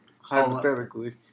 hypothetically